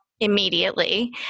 immediately